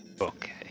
Okay